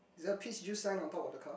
is that peach juice sign on top of the car